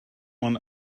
man